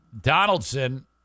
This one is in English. Donaldson